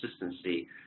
consistency